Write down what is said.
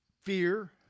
fear